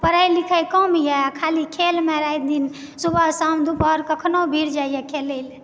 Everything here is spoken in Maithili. पढ़े लिखे कम यऽ खालि खेलमे राति दिन सुबह शाम दुपहर कखनौ भिर जाइया खेलेलए